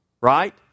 right